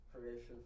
creation